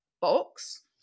box